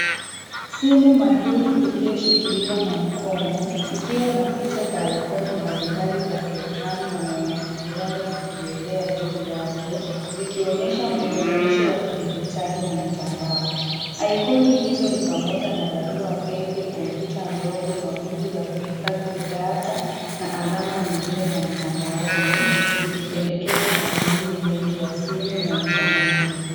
Simu mahiri iliyoshikiliwa na mkono, ikiwa na picha za ikoni mbalimbali za programu na mawasiliano zikielea juu yake, zikionyesha muunganisho wa kidijitali na mtandao. Ikoni hizo ni pamoja na barua pepe, kompyuta ndogo, mawingu ya kuhifadhi data , na alama nyingine za mtandaoni, zikipendekeza matumizi mengi ya simu na intaneti.